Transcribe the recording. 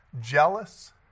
jealous